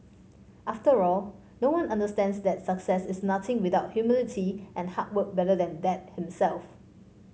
after all no one understands that success is nothing without humility and hard work better than Dad himself